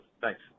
Thanks